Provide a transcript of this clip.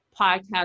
podcast